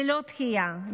ללא דחייה,